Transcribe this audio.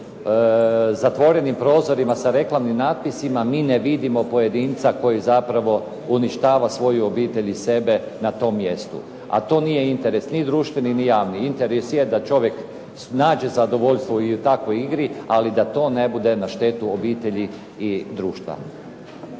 zatvorenim prozorima sa reklamnim natpisima mi ne vidimo pojedinca koji zapravo uništava svoju obitelj i sebe na tom mjestu. A to nije interes ni društveni ni javni. Interes je da čovjek nađe zadovoljstvo i u takvoj igri, ali da to ne bude na štetu obitelji i društva.